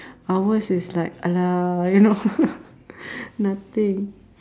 ours is like !alah! you know nothing